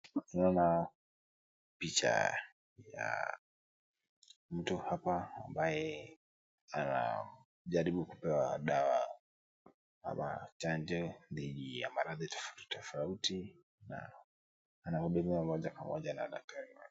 Tunaona picha ya mtu hapa ambaye anajaribu kupewa dawa ama chanjo dhidi ya maradhi tofauti tofauti na anahudumiwa moja kwa moja na daktari wake.